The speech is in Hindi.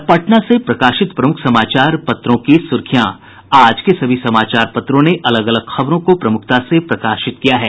अब पटना से प्रकाशित प्रमुख समाचार पत्रों की सुर्खियां आज के सभी समाचार पत्रों ने अलग अलग खबरों को प्रमुखता से प्रकाशित किया है